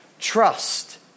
Trust